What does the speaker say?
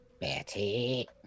Betty